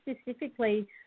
specifically